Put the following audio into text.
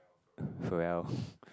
Ferrell